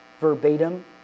verbatim